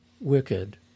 wicked